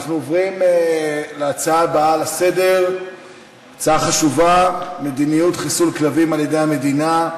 נעבור להצעות לסדר-היום בנושא: מדיניות חיסול כלבים על-ידי המדינה,